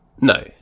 No